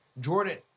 Jordan